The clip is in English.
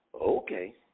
Okay